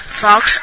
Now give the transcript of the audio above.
fox